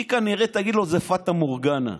כנראה תגיד לו: זו פאטה מורגנה.